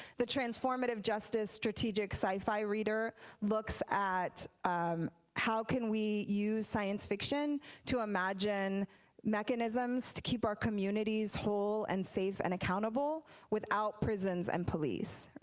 the transformative justice strategic scifi reader looks at how can we use science fiction to imagine mechanisms to keep our communities whole and safe and accountable without without prisons and police.